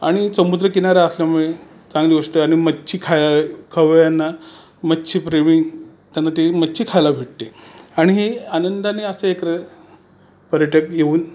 आणि समुद्रकिनारा असल्यामुळे चांगली गोष्ट आहे आणि मच्छी खा खवय्यांना मच्छीप्रेमी त्यांना ते मच्छी खायला भेटते आणि हे आनंदाने असे एकर पर्यटक येऊन